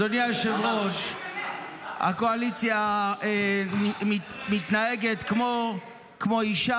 היושב-ראש, הקואליציה מתנהגת כמו אישה